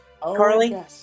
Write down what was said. Carly